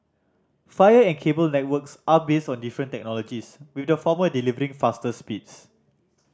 fire and cable networks are based on different technologies with the former delivering faster speeds